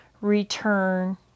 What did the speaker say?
return